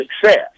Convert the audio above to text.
success